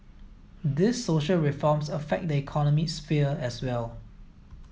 these social reforms affect the economic sphere as well